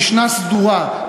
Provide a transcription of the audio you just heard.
משנה סדורה,